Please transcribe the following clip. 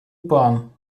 bahn